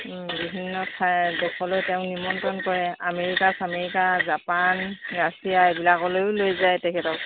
বিভিন্ন ঠাই দেশলৈ তেওঁক নিমন্ত্ৰন কৰে আমেৰিকা চামেৰিকা জাপান ৰাছিয়া এইবিলাকলৈও লৈ যায় তেখেতক